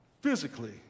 physically